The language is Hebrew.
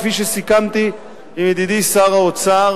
כפי שסיכמתי עם ידידי שר האוצר